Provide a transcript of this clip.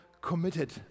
committed